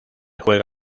juega